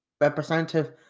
Representative